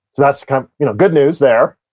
that's kind of you know good news there.